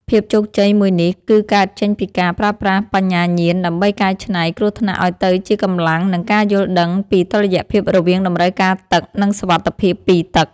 ភាពជោគជ័យមួយនេះ គឺកើតចេញពីការប្រើប្រាស់បញ្ញាញាណដើម្បីកែច្នៃ គ្រោះថ្នាក់ឱ្យទៅជាកម្លាំង និងការយល់ដឹងពីតុល្យភាពរវាងតម្រូវការទឹក និងសុវត្ថិភាពពីទឹក។